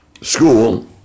school